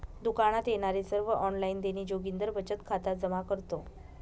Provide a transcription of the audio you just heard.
दुकानात येणारे सर्व ऑनलाइन देणी जोगिंदर बचत खात्यात जमा करतो